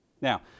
Now